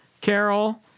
Carol